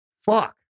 Fuck